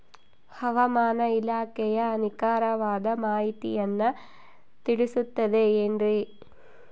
ಹವಮಾನ ಇಲಾಖೆಯ ನಿಖರವಾದ ಮಾಹಿತಿಯನ್ನ ತಿಳಿಸುತ್ತದೆ ಎನ್ರಿ?